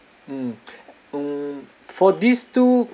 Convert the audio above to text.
mm hmm for these two